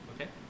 Okay